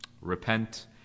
Repent